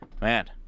Man